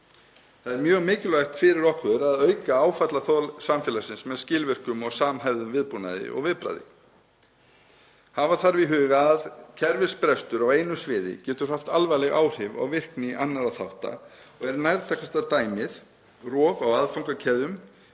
Það er mjög mikilvægt fyrir okkur að auka áfallaþol samfélagsins með skilvirkum og samhæfðum viðbúnaði og viðbragði. Hafa þarf í huga að kerfisbrestur á einu sviði getur haft alvarleg áhrif á virkni annarra þátta og er nærtækasta dæmið rof á aðfangakeðjum